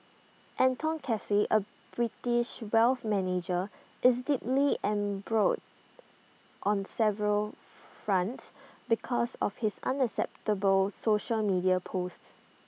Anton Casey A British wealth manager is deeply embroiled on several fronts because of his unacceptable social media posts